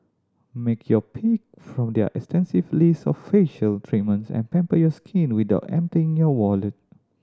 make your pick from their extensive list of facial treatments and pamper your skin without emptying your wallet